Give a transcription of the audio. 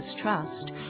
Trust